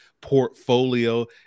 Portfolio